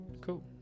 cool